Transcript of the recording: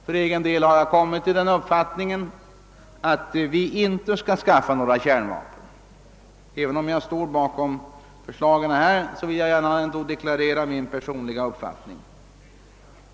För egen del har jag den uppfattningen att Sverige inte skall anskaffa kärnvapen. Även om jag står bakom förslagen vill jag ändå deklarera min personliga uppfattning.